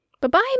Bye-bye